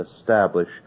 establish